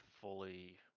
fully